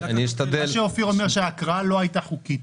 אופיר אומר שההקראה לא הייתה חוקית.